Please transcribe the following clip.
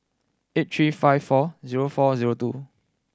eight three five four zero four zero two